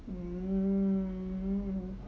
mm